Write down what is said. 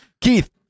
Keith